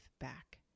Back